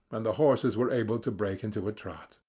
and the horses were able to break into a trot.